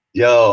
yo